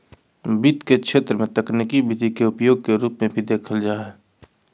वित्त के क्षेत्र में तकनीकी विधि के उपयोग के रूप में भी देखल जा हइ